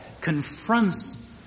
confronts